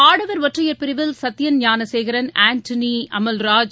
ஆடவர் ஒற்றையர் பிரிவில் சத்தியன் ஞானசேகரன் ஆண்டனி அமல்ராஜ்